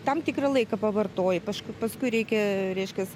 tam tikrą laiką pavartoji kažkaip paskui reikia reiškias